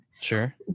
Sure